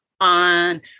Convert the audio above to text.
on